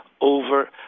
over